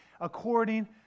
according